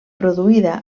produïda